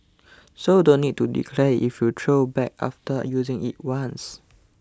so don't need to declare if you throw bag after using it once